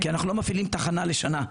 כי אנחנו לא מפעילים תחנה לשנה,